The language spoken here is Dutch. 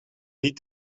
niet